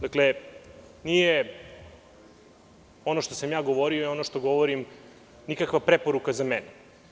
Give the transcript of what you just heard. Dakle, ono što sam ja govorio i ono što govorim nije nikakva preporuka za mene.